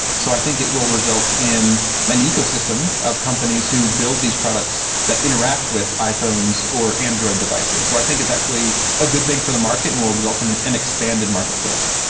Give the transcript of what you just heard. so i think it will result in an ecosystem of companies who build these products that interact with iphones or android devices. so i think it's actually a good thing for the market and will result in an an expanded marketplace.